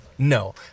No